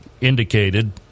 indicated